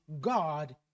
God